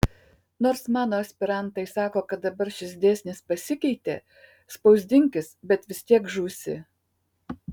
nors mano aspirantai sako kad dabar šis dėsnis pasikeitė spausdinkis bet vis tiek žūsi